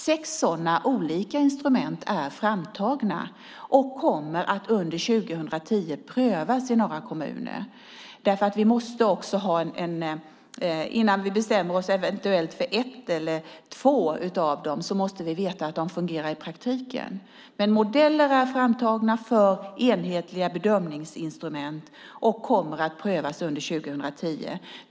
Sex sådana olika instrument är framtagna och kommer under 2010 att prövas i några kommuner. Innan vi eventuellt bestämmer oss för ett eller två av dem måste vi veta att de fungerar i praktiken. Men modeller är framtagna för enhetliga bedömningsinstrument och kommer att prövas under 2010.